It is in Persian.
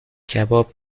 کباب